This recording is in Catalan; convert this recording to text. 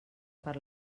per